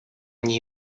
они